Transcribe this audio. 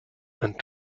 and